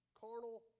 Carnal